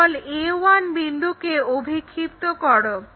a1 বিন্দুকে অভিক্ষিপ্ত করো